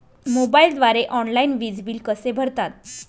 मोबाईलद्वारे ऑनलाईन वीज बिल कसे भरतात?